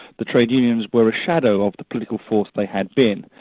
the trade unions were a shadow of the political force they had been.